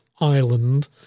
island